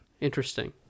Interesting